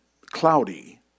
cloudy